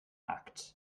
akt